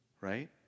Right